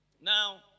Now